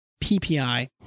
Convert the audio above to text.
PPI